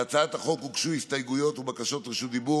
להצעת החוק הוגשו הסתייגויות ובקשות רשות דיבור.